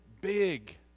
big